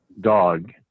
dog